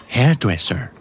Hairdresser